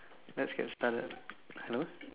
let's get started hello